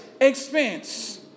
expense